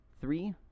three